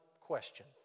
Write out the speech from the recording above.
question